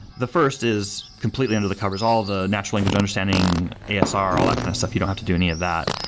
the first is completely under the covers, all the natural language understanding, asr all that kind of stuff, you don't have to do any of that.